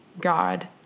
God